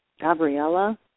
Gabriella